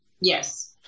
Yes